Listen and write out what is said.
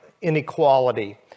inequality